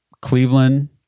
Cleveland